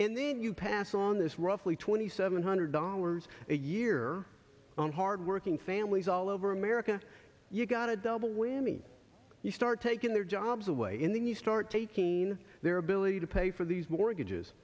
and then you pass on this roughly twenty seven hundred dollars a year on hardworking families all over america you've got a double whammy you start taking their jobs away in the new start taking their ability to pay for these mortgages